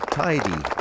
tidy